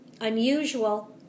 unusual